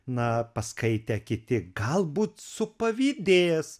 na paskaitę kiti galbūt su pavydės